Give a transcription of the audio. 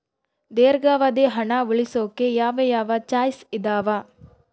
ದೇರ್ಘಾವಧಿ ಹಣ ಉಳಿಸೋಕೆ ಯಾವ ಯಾವ ಚಾಯ್ಸ್ ಇದಾವ?